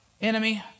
enemy